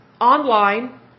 online